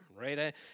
right